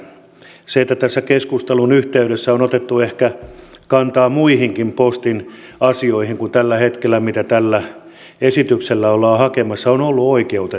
se että tässä keskustelun yhteydessä on otettu ehkä kantaa muihinkin postin asioihin kuin mitä tällä hetkellä tällä esityksellä ollaan hakemassa on ollut oikeutettua